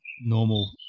normal